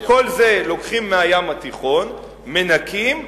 את כל זה לוקחים מהים התיכון, מנקים,